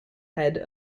head